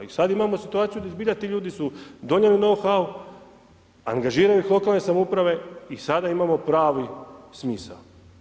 I sada imamo situaciju da zbilja ti ljudi su donijeli nouhau, angažirali lokalne samouprave i sada imamo pravi smisao.